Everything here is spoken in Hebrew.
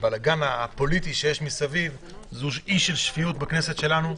הבלגן הפוליטי שיש מסביב היא אי של שפיות בכנסת שלנו,